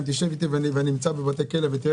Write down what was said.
אם תשב איתי ואני נמצא בבתי כלא ותראה